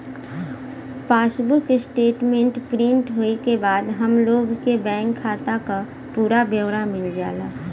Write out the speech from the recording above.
passbook statement print होये के बाद हम लोग के बैंक खाता क पूरा ब्यौरा मिल जाला